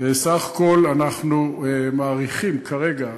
בסך הכול אנחנו מעריכים כרגע,